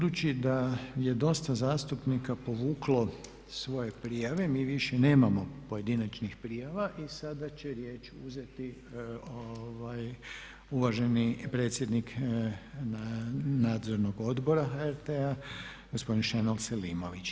Budući da je dosta zastupnika povuklo svoje prijave mi više nemamo pojedinačnih prijava i sada će riječ uzeti uvaženi predsjednik Nadzornog odbora HRT-a gospodin Šenol Selimović.